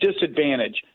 disadvantage